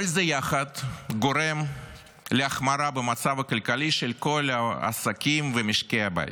כל זה יחד גורם להחמרה במצב הכלכלי של כל העסקים ומשקי הבית.